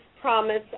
promise